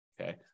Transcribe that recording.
Okay